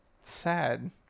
sad